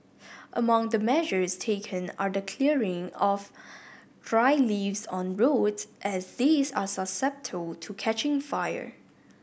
among the measures taken are the clearing of dry leaves on roads as these are susceptible to catching fire